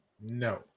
no